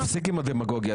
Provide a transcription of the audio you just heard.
ינון, תפסיק עם הדמגוגיה.